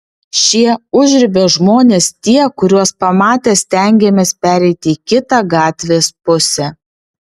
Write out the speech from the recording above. šie užribio žmonės tie kuriuos pamatę stengiamės pereiti į kitą gatvės pusę